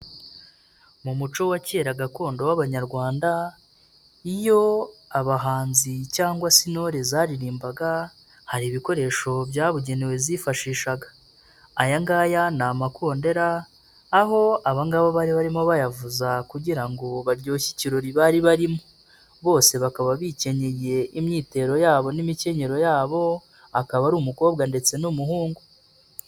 Mu muco wa kera gakondo w'abanyarwanda, iyo abahanzi cyangwa se intore zaririmbaga, hari ibikoresho byabugenewe zifashishaga. Aya ngaya ni amakondera, aho abagabo bari barimo bayavuza kugira ngo baryoshye ikirori bari barimo, bose bakaba bikenyeye imyitero yabo n'imikenyero yabo, akaba ari umukobwa ndetse n'umuhungu.